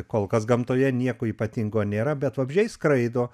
kol kas gamtoje nieko ypatingo nėra bet vabzdžiai skraido